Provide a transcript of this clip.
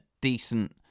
decent